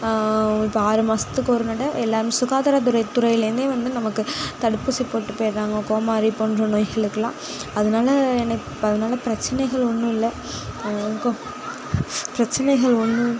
இப்போ ஆறு மாதத்துக்கு ஒரு நடை எல்லாம் சுகாதாரதுறைத் துறையிலேந்தே வந்து நமக்கு தடுப்பூசி போட்டு போயிறாங்க கோமாரி போன்ற நோய்களுக்குலாம் அதனால எனக் இப்போ அதனால பிரச்சனைகள் ஒன்றும் இல்லை கோ பிரச்சனைகள் ஒன்றும்